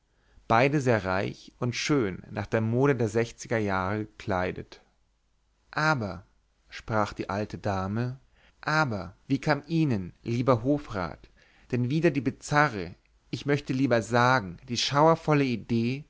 beide sehr reich und schön nach der mode der sechziger jahre gekleidet aber sprach die alte dame aber wie kam ihnen lieber hofrat denn wieder die bizarre ich möchte lieber sagen die schauervolle idee